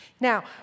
Now